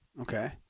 Okay